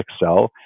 Excel